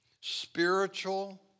spiritual